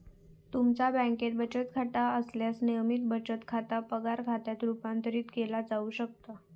तुमचा बँकेत बचत खाता असल्यास, नियमित बचत खाता पगार खात्यात रूपांतरित केला जाऊ शकता